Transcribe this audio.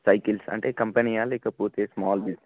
cycles అంటే కంపెనీయా లేకపోతే స్మాల్ బిజినెస్